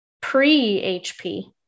pre-HP